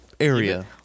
Area